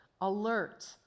alert